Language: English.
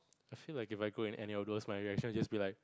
I feel like if I go any outdoors my reactions just be like